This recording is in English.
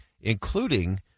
including